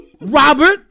Robert